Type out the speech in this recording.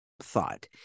thought